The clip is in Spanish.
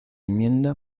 enmienda